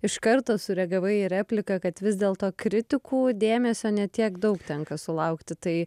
iš karto sureagavai į repliką kad vis dėlto kritikų dėmesio ne tiek daug tenka sulaukti tai